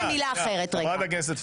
--- בבקשה,